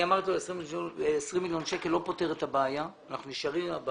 אני אמרתי לו ש-20 מיליון שקלים לא פותר את הבעיה אלא אנחנו נשארים אתה.